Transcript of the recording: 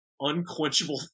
unquenchable